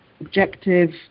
objective